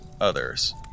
others